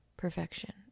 perfection